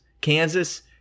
Kansas